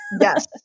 yes